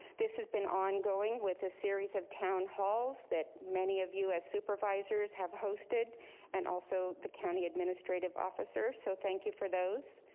this has been ongoing with a series of town halls that many of us supervisors have hosted and also the county administrative officer. so thank you for those.